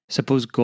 Suppose